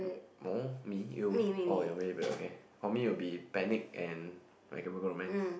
no me you oh you want me back okay for me will be panic and my chemical romance